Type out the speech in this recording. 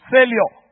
Failure